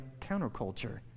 counterculture